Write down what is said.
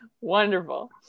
Wonderful